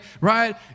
right